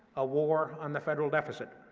a war on the federal deficit.